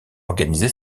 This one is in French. organisé